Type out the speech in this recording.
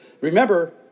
Remember